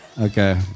Okay